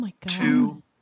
two